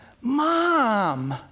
Mom